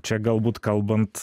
čia galbūt kalbant